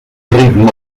ritme